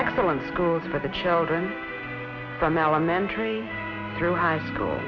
excellent schools for the children from elementary through high school